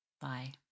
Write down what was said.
Bye